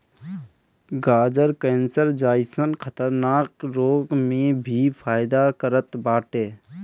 गाजर कैंसर जइसन खतरनाक रोग में भी फायदा करत बाटे